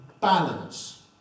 balance